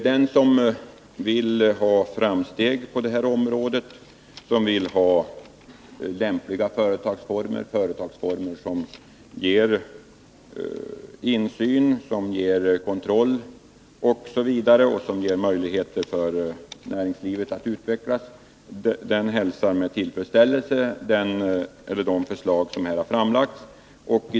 Den som vill ha framsteg på detta område, den som vill ha lämpliga företagsformer som medger insyn och kontroll och som gör det möjligt för näringslivet att utvecklas hälsar med tillfredsställelse de förslag som här har framlagts.